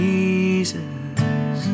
Jesus